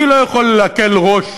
אני לא יכול להקל ראש